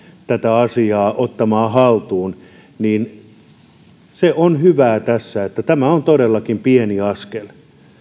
tätä asiaa ottamaan haltuun ja se on hyvää tässä että tämä on todellakin pieni askel